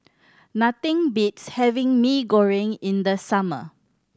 nothing beats having Mee Goreng in the summer